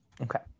Okay